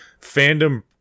fandom